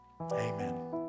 amen